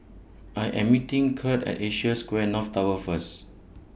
I Am meeting Kirt At Asia Square North Tower First